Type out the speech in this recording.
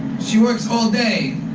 she works all day.